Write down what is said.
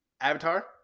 Avatar